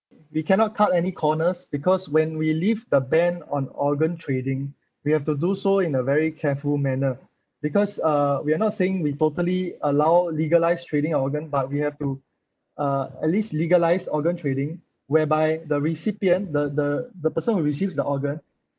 we cannot cut any corners because when we lift the ban on organ trading we have to do so in a very careful manner because uh we are not saying we totally allow legalise trading ourgan but we have to uh at least legalise organ trading whereby the recipient the the the person who receives the organ